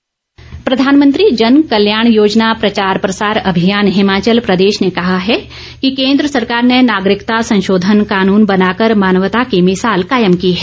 प्रचार प्रसार अभियान प्रधानमंत्री जनकल्याण योजना प्रचार प्रसार अभियान हिमाचल प्रदेश ने कहा है कि केन्द्र सरकार ने नागरिकता संशोधन कानून बनाकर मानवता की भिसाल कायम की है